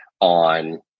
on